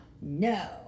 No